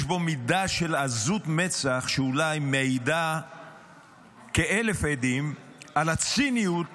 יש בו מידה של עזות מצח שאולי מעידה כאלף עדים על הציניות